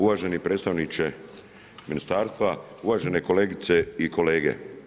Uvaženi predstavniče ministarstva, uvažene kolegice i kolege.